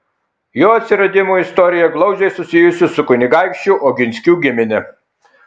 jo atsiradimo istorija glaudžiai susijusi su kunigaikščių oginskių gimine